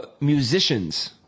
musicians